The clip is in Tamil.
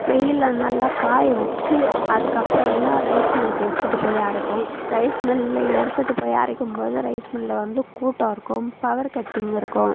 வெயிலில் நல்லா காய வச்சு அதுக்கப்புறம் தான் ரைஸ் மில்லுக்கு எடுத்துகிட்டு போய் அரைப்போம் ரைஸ் மில்லில் எடுத்துகிட்டு போய் அரைக்கும் போது ரைஸ் மிலில் வந்து கூட்டம் இருக்கும் பவர் கட்டிங் இருக்கும்